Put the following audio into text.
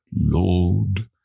Lord